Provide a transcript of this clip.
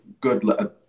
good